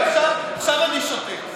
עכשיו אני שותק.